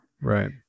Right